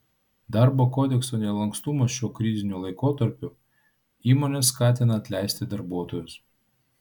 darbo kodekso nelankstumas šiuo kriziniu laikotarpiu įmones skatina atleisti darbuotojus